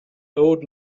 old